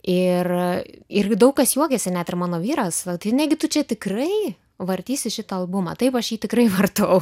ir ir gi daug kas juokiasi net ir mano vyras va negi tu čia tikrai vartysi šitą albumą taip aš jį tikrai vartau